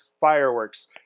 fireworks